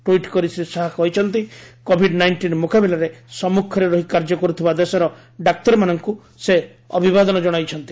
tweet କରି ଶ୍ରୀ ଶାହା କହିଛନ୍ତି COVID nineteen ମୁକାବିଲାରେ ସମ୍ମୁଖରେ ରହି କାର୍ଯ୍ୟ କରୁଥିବା ଦେଶର ଡାକ୍ତରମାନଙ୍କୁ ସେ ଅଭିବାଦନ କଣାଉଛନ୍ତି